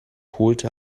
holte